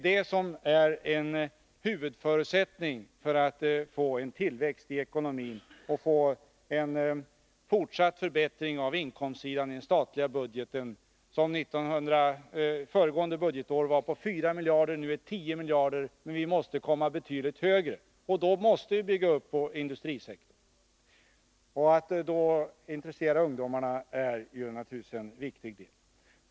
Det är en huvudförutsättning för att få tillväxt i ekonomin och fortsatt förbättring av inkomstsidan i den statliga budgeten, som under föregående budgetår var på 4 miljarder men som nu är på 10 miljarder. Vi måste komma betydligt längre. Och då måste vi bygga upp vår industrisektor. Att intressera ungdomarna är naturligtvis då en viktig del.